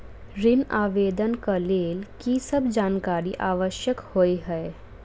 ऋण आवेदन केँ लेल की सब जानकारी आवश्यक होइ है?